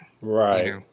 Right